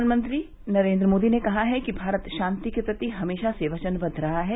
प्रधानमंत्री नरेन्द्र मोदी ने कहा है कि भारत शांति के प्रति हमेशा से वचनबद्व रहा है